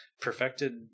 perfected